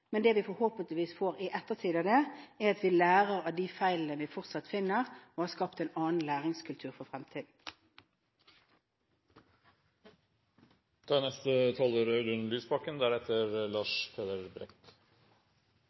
Men det vi håper for ettertiden, er at vi lærer av de feilene vi fortsatt finner, og at vi skaper en annen læringskultur for